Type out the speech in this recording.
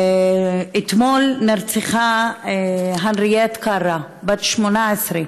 אתמול נרצחה הנרייט קרא, בת 18,